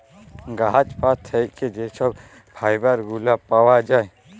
গাহাচ পাত থ্যাইকে যে ছব ফাইবার গুলা পাউয়া যায়